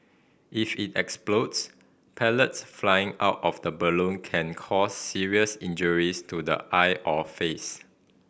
if it explodes pellets flying out of the balloon can cause serious injuries to the eye or face